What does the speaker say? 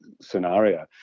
scenario